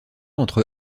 entre